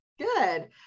Good